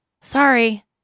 sorry